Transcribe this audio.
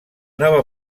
nova